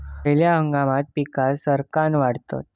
खयल्या हंगामात पीका सरक्कान वाढतत?